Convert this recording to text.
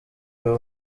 biba